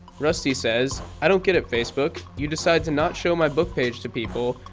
rusty says, i don't get it, facebook. you decide to not show my book page to people.